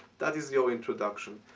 that is your introduction.